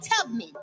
Tubman